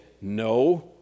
No